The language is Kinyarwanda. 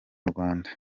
rwanda